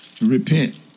Repent